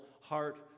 heart